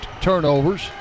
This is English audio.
turnovers